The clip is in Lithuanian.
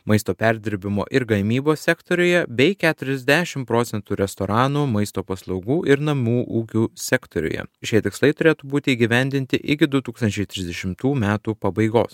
maisto perdirbimo ir gamybos sektoriuje bei keturiasdešim procentų restoranų maisto paslaugų ir namų ūkių sektoriuje šie tikslai turėtų būti įgyvendinti iki du tūkstančiai trisdešimtų metų pabaigos